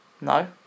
No